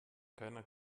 keiner